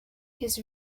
his